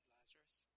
Lazarus